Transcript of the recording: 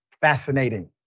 fascinating